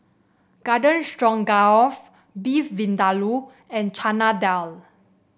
Garden Stroganoff Beef Vindaloo and Chana Dal